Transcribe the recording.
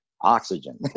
oxygen